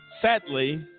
sadly